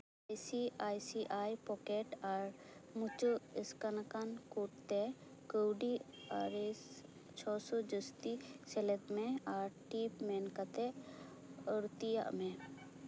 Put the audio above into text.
ᱤᱥᱤ ᱟᱭ ᱥᱤ ᱟᱭ ᱯᱚᱠᱮᱴ ᱟᱨ ᱢᱩᱪᱟᱹᱫ ᱮᱥᱠᱮᱱ ᱟᱠᱟᱱ ᱠᱳᱰᱛᱮ ᱠᱟᱹᱣᱰᱤ ᱟᱨ ᱮᱥ ᱪᱷᱚ ᱥᱚ ᱡᱟᱹᱥᱛᱤ ᱥᱮᱞᱮᱫ ᱢᱮ ᱟᱨ ᱴᱤᱯ ᱢᱮᱱ ᱠᱟᱛᱮ ᱟᱲᱛᱤᱭᱟᱜ ᱢᱮ